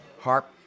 Harp